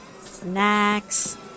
Snacks